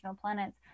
planets